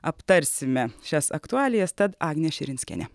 aptarsime šias aktualijas tad agnė širinskienė